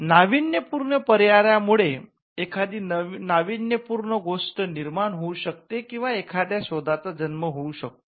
नाविन्यपूर्ण पर्यायामुळे एखादी नावीन्यपूर्ण गोष्ट निर्माण होऊ शकते किंवा एखाद्या शोधाचा जन्म होऊ शकतो